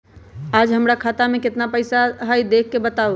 आज हमरा खाता में केतना पैसा हई देख के बताउ?